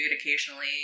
occasionally